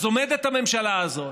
אז עומדת הממשלה הזאת,